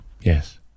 Yes